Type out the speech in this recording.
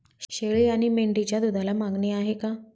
शेळी आणि मेंढीच्या दूधाला मागणी आहे का?